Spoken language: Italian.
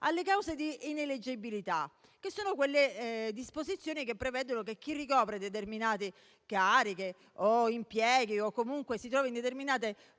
alle cause di ineleggibilità, ossia quelle disposizioni che prevedono che chi ricopre determinate cariche o impieghi o si trova in determinate